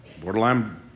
Borderline